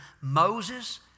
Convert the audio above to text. Moses